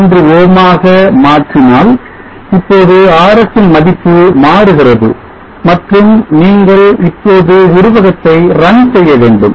3 ohm மாக மாற்றினால் இப்போது RS இன் மதிப்பு மாறுகிறது மற்றும் நீங்கள் இப்போது உருவகத்தை 'run' செய்ய வேண்டும்